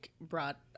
brought